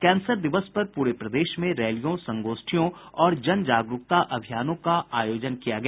cancer दिवस पर पूरे प्रदेश में रैलियों संगोष्ठियों और जन जागरूकता अभियानों का आयोजन किया गया